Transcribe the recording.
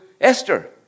Esther